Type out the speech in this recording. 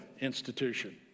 institution